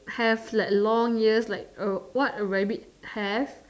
have like long ears like a what a rabbit have